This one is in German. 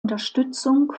unterstützung